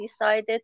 decided